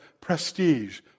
prestige